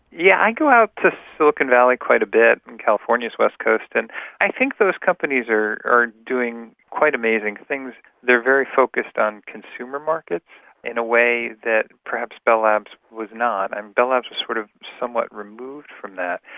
yeah i go out to silicon valley quite a bit, on and california's west coast, and i think those companies are are doing quite amazing things. they're very focused on consumer markets in a way that perhaps bell labs was not. and bell labs was sort of somewhat removed from that.